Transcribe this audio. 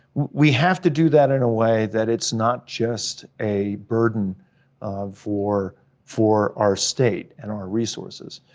we have to do that in a way that it's not just a burden um for for our state and our resources.